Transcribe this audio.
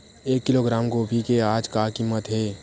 एक किलोग्राम गोभी के आज का कीमत हे?